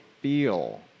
feel